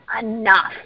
enough